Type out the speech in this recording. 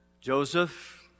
Joseph